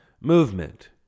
movement